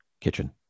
kitchen